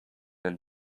and